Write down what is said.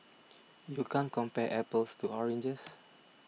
you can't compare apples to oranges